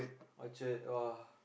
Orchard !wah!